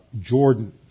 Jordan